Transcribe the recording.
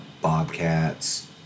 Bobcats